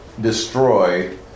destroy